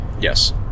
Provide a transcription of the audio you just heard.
Yes